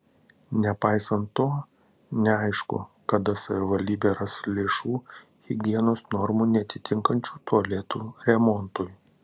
nepaisant to neaišku kada savivaldybė ras lėšų higienos normų neatitinkančių tualetų remontui